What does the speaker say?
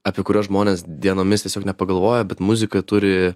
apie kuriuos žmonės dienomis tiesiog nepagalvoja bet muzika turi